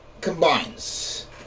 combines